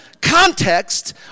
context